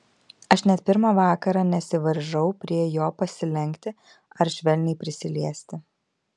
aš net pirmą vakarą nesivaržau prie jo pasilenkti ar švelniai prisiliesti